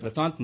Prashanth மு